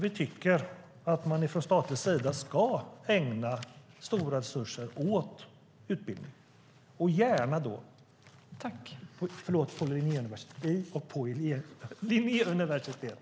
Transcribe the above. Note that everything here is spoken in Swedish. Vi tycker att man från statlig sida ska ägna stora resurser åt utbildning och gärna då vid Linnéuniversitet.